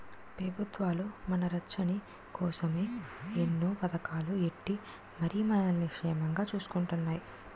పెబుత్వాలు మన రచ్చన కోసమే ఎన్నో పదకాలు ఎట్టి మరి మనల్ని సేమంగా సూసుకుంటున్నాయి